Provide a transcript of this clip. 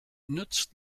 nützt